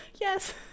yes